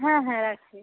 হ্যাঁ হ্যাঁ রাখছি